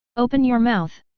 open your mouth!